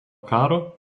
karo